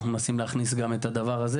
אנחנו מנסים להכניס גם את הדבר הזה,